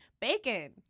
bacon